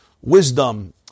Wisdom